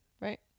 right